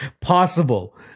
Possible